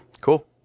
Cool